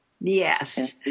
Yes